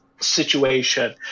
situation